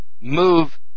move